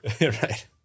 Right